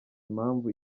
impamvu